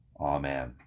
Amen